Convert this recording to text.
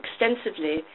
extensively